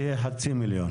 יהיה חצי מיליון.